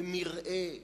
ומרעה,